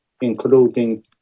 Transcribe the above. including